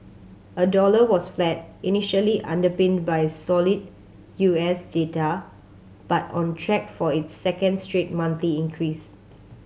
a dollar was flat initially underpinned by solid U S data but on track for its second straight monthly increase